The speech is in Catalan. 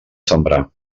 sembrar